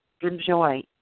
enjoy